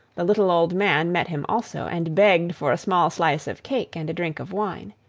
the little old man met him also, and begged for a small slice of cake and a drink of wine.